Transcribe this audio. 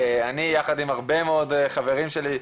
אני יחד עם הרבה חברים שלי,